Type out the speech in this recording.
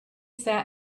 sat